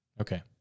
Okay